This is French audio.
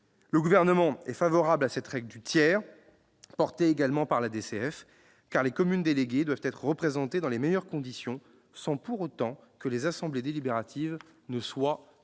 Le Gouvernement est favorable à cette règle du tiers, promue également par l'AdCF, car les communes déléguées doivent être représentées dans les meilleures conditions, sans pour autant que les assemblées délibératives ne soient pléthoriques.